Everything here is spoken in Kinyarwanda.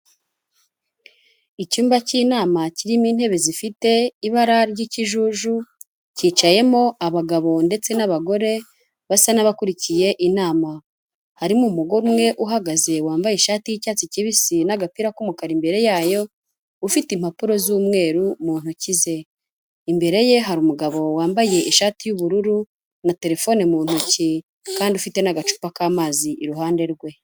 Icyumba cy'inama kirimo intebe zifite ibara ry'ikijuju, cyicayemo abagabo ndetse n'abagore basa n'abakurikiye inama, harimo umugore umwe uhagaze wambaye ishati y'icyatsi kibisi n'agapira k'umukara imbere yayo, ufite impapuro z'umweru mu ntoki ze. Imbere ye hari umugabo wambaye ishati y'ubururu na terefone mu ntoki kandi ufite n'agacupa k'amazi iruhande rwe.